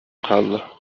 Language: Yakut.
хаалла